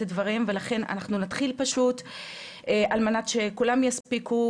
הדברים ולכן אנחנו נתחיל על מנת שכולם יספיקו.